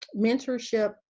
mentorship